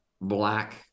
black